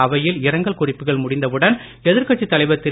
அவையில் இரங்கல் குறிப்புகள் முடிந்தவுடன் எதிர்கட்சி தலைவர் திரு